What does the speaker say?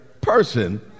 person